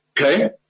okay